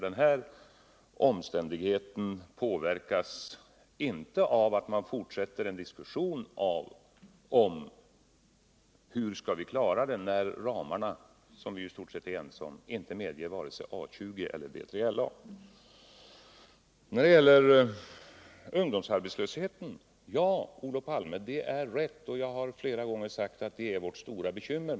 Den här omständigheten påverkas inte av att man fortsätter en diskussion om hur vi skall klara det när ramarna, som vi i stort sett är ense om, inte medger vare sig A 20 eller BJLA. När det gäller ungdomsarbetslösheten vill jag instämma med Olof Palme. Jag har många gånger sagt att det är vårt stora bekymmer.